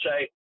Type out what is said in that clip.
say